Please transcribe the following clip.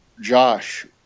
Josh